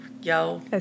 Yo